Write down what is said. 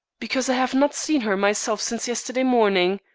because i have not seen her myself since yesterday morning.